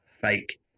fake